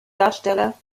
darstelle